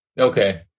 okay